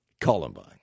Columbine